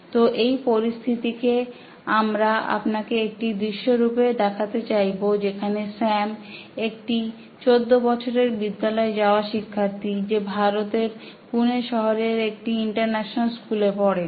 তো এই পরিস্থিতিকে আমরা আপনাকে একটি দৃশ্যরূপে দেখতে চাইবো যেখানে স্যাম একটি 14 বছরের বিদ্যালয় যাওয়া শিক্ষার্থী যে ভারতের পুণে শহরে একটি ইন্টারন্যাশনাল স্কুলে পড়ে